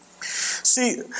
See